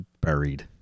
buried